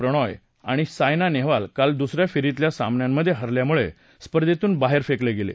प्रणय आणि साइना नेहवाल काल दुसऱ्या फेरीतल्या सामन्यांमध हरल्यामुळे स्पर्धेतून बाहेर फेकले गेले